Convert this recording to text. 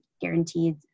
guaranteed